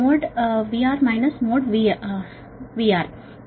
mode VR minus mode VR